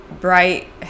bright